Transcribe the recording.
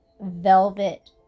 velvet